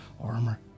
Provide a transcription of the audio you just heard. armor